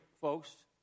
folks